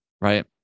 right